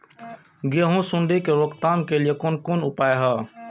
गेहूँ सुंडी के रोकथाम के लिये कोन कोन उपाय हय?